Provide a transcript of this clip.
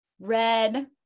red